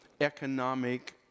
economic